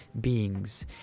beings